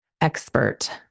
expert